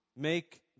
Make